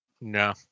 No